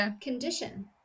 condition